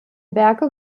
werke